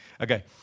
Okay